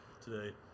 today